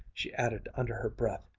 she added under her breath,